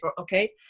Okay